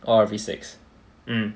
or a V six